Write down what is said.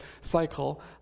cycle